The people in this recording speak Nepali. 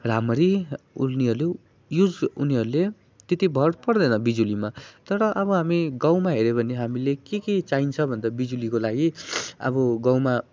राम्ररी उनीहरू युज उनीहरूले त्यति भर पर्दैन बिजुलीमा तर अब हामी गाउँमा हेर्यो भने हामीले केके चाहिन्छ भन्दा बिजुलीको लागि अब गाउँमा